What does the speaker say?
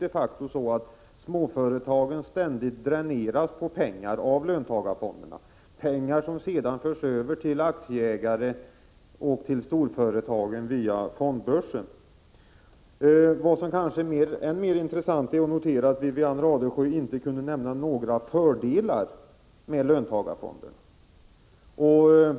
Det är faktiskt så att småföretagen ständigt dräneras på pengar av löntagarfonderna, pengar som sedan förs över till aktieägare och till storföretagen via fondbörsen. Vad som kanske är mer intressant att notera är att Wivi-Anne Radesjö inte kan nämna några fördelar med löntagarfonderna.